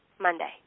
Monday